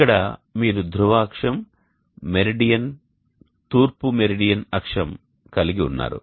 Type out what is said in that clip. ఇక్కడ మీరు ధ్రువ అక్షం మెరిడియన్ తూర్పు మరియు మెరిడియన్ అక్షం కలిగి ఉన్నారు